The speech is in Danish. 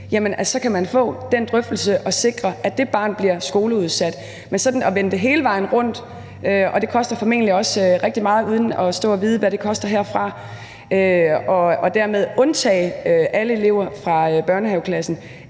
så kan man få en drøftelse af det og sikre, at det barn bliver skoleudsat. Men sådan at vende det hele vejen rundt – og det koster formentlig også rigtig meget, uden at jeg kan stå her og sige, hvad det koster – og dermed undtage alle elever fra børnehaveklassen,